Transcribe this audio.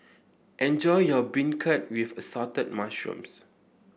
enjoy your beancurd with Assorted Mushrooms